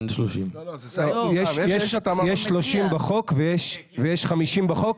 אין 30. יש 30 בחוק ויש 50 בחוק,